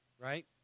right